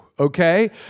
okay